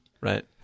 right